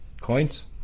coins